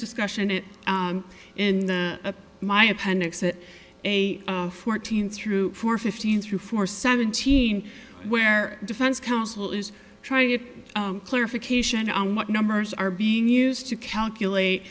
discussion it in my appendix that a fourteen through four fifteen through four seventeen where defense counsel is trying to get clarification on what numbers are being used to calculate